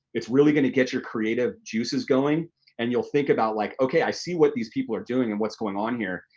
it's really gonna get your creative juices going and you'll think about, like okay, i see what these people are doing and what's going on here,